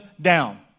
down